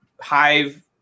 Hive